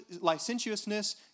licentiousness